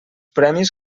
premis